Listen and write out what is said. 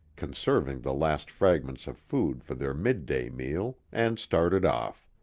conserving the last fragments of food for their midday meal, and started off.